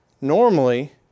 Normally